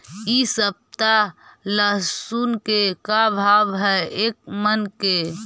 इ सप्ताह लहसुन के का भाव है एक मन के?